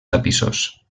tapissos